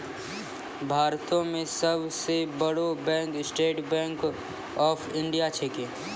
भारतो मे सब सं बड़ो bank State Bank of India छिकै